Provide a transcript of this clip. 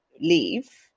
leave